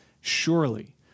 surely